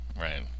right